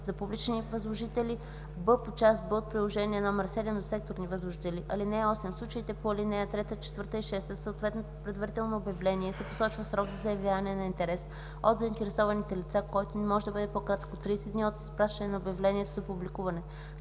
за публични възложители; б) по част Б от приложение № 7 – за секторни възложители. (8) В случаите по ал. 3, 4 и 6 в съответното предварително обявление се посочва срок за заявяване на интерес от заинтересованите лица, който не може да бъде по-кратък от 30 дни от изпращане на обявлението за публикуване.